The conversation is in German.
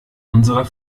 unserer